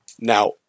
Now